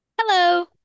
Hello